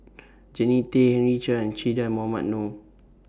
Jannie Tay Henry Chia and Che Dah Mohamed Noor